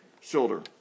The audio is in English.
shoulder